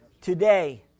Today